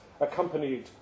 accompanied